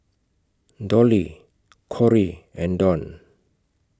Dolly Kory and Dawn